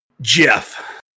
Jeff